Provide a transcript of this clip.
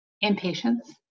impatience